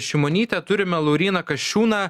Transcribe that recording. šimonytę turime lauryną kasčiūną